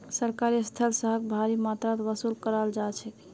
सरकारी स्थल स यहाक भारी मात्रात वसूल कराल जा छेक